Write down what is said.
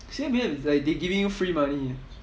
C_P_F is like they giving you free money eh